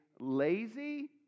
lazy